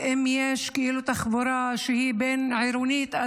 ואם יש תחבורה בין-עירונית,